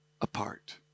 apart